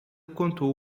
contou